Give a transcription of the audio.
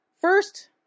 First